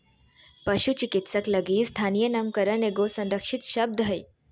पशु चिकित्सक लगी स्थानीय नामकरण एगो संरक्षित शब्द हइ